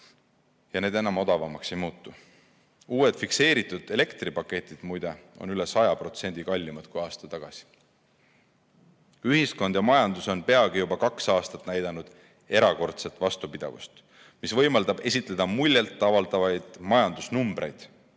ja need enam odavamaks ei muutu. Uued fikseeritud elektripaketid, muide, on üle 100% kallimad kui aasta tagasi. Ühiskond ja majandus on peagi juba kaks aastat näidanud erakordset vastupidavust, mis võimaldab esitada muljet avaldavaid majandusnumbreid.